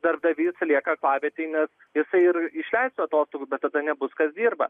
darbdavys lieka aklavietėj nes jisai ir išleistų atostogų bet tada nebus kas dirba